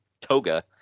toga